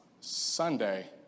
Sunday